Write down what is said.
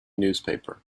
newspaper